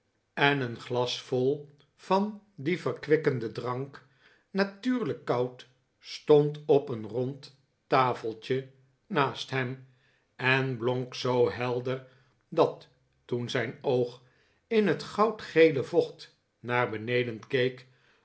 en een glas vol van dien verkwikkenden drank natuurlijk koud stond op een rond tafeltje naast hem en blonk zoo helder dat toen zijn oog in het goudgele vocht naar beneden